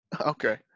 Okay